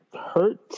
hurt